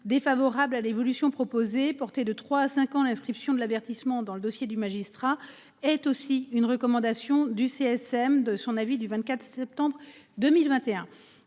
défavorables à l'évolution proposée portée de 3 à 5 ans l'inscription de l'avertissement dans le dossier du magistrat est aussi une recommandation du CSM de son avis du 24 septembre 2021.